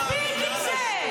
מספיק עם זה.